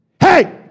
hey